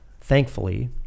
thankfully